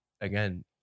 again